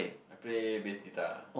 I play bass guitar